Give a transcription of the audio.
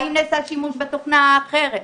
האם נעשה שימוש בתוכנה אחרת.